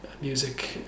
music